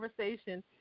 conversation